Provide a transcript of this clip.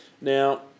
now